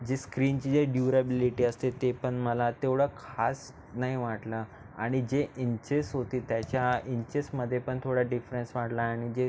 जी स्क्रीनची जे ड्यूरॅब्लिटी असते ते पण मला तेवढं खास नाही वाटला आणि जे इंचेस होते त्याच्या इंचेसमध्ये पण थोडा डिफ्रन्स वाढलाय आणि जे